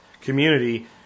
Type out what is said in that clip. community